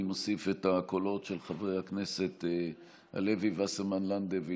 חוק סמכויות מיוחדות להתמודדות עם